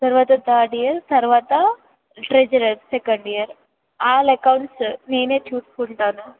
తర్వాత third year తర్వాత treasurer second year all accounts నేనే చూసుకుంటాను